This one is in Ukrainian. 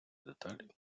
деталі